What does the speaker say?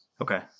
Okay